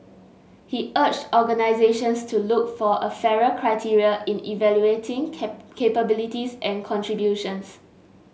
he urged organisations to look for a fairer criteria in evaluating capabilities and contributions